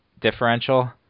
differential